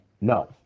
No